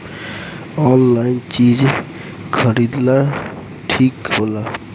Online चीज खरीदल ठिक होला?